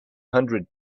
hundred